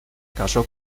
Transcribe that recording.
casó